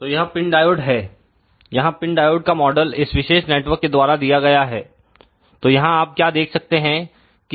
तो यह PIN diode है यहां पिन डायोड का मॉडल इस विशेष नेटवर्क के द्वारा दिया गया है तो यहां आप क्या देख सकते हैं कि